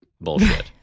Bullshit